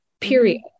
period